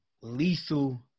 lethal